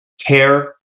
care